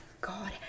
god